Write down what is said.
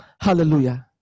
Hallelujah